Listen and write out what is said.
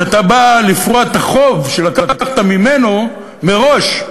כי אתה בא לפרוע את החוב שלקחת ממנו מראש,